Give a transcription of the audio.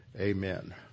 Amen